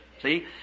See